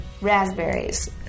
Raspberries